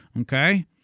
okay